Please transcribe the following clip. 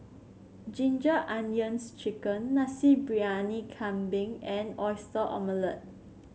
Ginger Onions chicken Nasi Briyani Kambing and Oyster Omelette